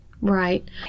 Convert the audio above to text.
right